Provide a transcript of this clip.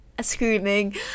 screaming